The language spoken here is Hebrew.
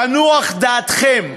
תנוח דעתכם,